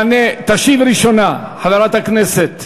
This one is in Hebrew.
תשיב ראשונה חברת הכנסת